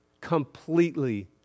completely